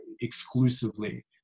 exclusively